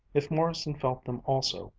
if morrison felt them also,